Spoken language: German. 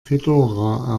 fedora